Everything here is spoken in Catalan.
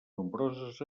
nombroses